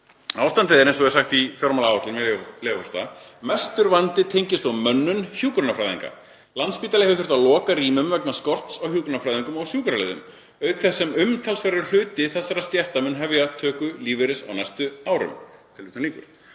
Ástandið er svona, eins og er sagt í fjármálaáætlun, með leyfi forseta: „Mestur vandi tengist þó mönnun hjúkrunarfræðinga. Landspítali hefur þurft að loka rýmum vegna skorts á hjúkrunarfræðingum og sjúkraliðum, auk þess sem umtalsverður hluti þessara stétta mun hefja töku lífeyris á næstu árum.“